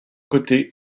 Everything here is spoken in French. côté